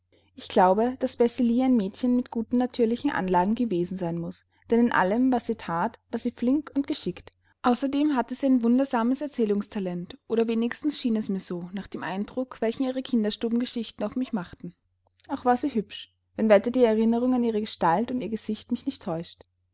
ich glaube daß bessie lee ein mädchen mit guten natürlichen anlagen gewesen sein muß denn in allem was sie that war sie flink und geschickt außerdem hatte sie ein wundersames erzählungstalent oder wenigstens schien mir es so nach dem eindruck welchen ihre kinderstubengeschichten auf mich machten auch war sie hübsch wenn weiter die erinnerung an ihre gestalt und ihr gesicht mich nicht täuscht